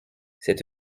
c’est